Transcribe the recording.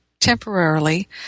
temporarily